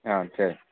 ஆ சரி